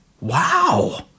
wow